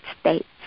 States